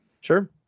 Sure